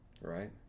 Right